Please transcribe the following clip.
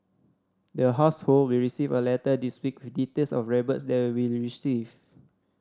there household will receive a letter this week with details of rebates there'll we receive